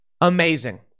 amazing